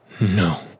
No